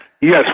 Yes